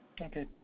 Okay